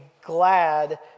glad